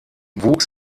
wuchs